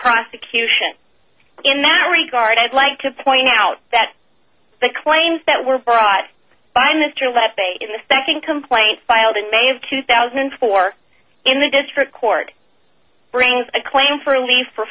prosecution in that regard i'd like to point out that the claims that were brought by mr let's say in the second complaint filed in may of two thousand and four in the district court brings a claim for a leaf or